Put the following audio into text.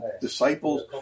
Disciples